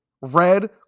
Red